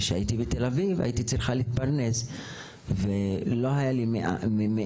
וכשהייתי בתל אביב הייתי צריכה להתפרנס ולא היה לי איך.